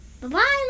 bye-bye